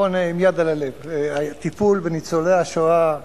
עם יד על הלב, הטיפול בניצולי השואה,